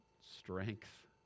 strength